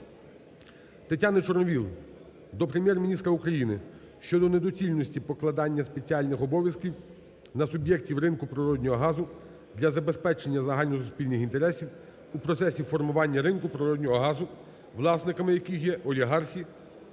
Тетяни Чорновол до Прем'єр-міністра України щодо недоцільності покладення спеціальних обов'язків на суб'єктів ринку природного газу для забезпечення загальносуспільних інтересів у процесі формування ринку природного газу, власниками яких є олігархи